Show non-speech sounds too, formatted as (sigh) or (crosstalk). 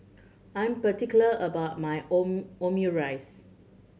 I am particular about my (unintelligible) Omurice